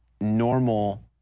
normal